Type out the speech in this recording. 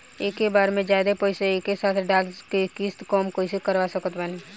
एके बार मे जादे पईसा एके साथे डाल के किश्त कम कैसे करवा सकत बानी?